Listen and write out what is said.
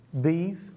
beef